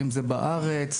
בארץ,